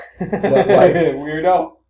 Weirdo